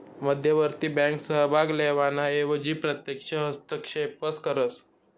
मध्यवर्ती बँक सहभाग लेवाना एवजी प्रत्यक्ष हस्तक्षेपच करस